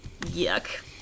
yuck